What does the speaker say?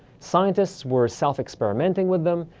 scientists were self-experimenting with them,